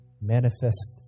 manifest